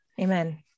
Amen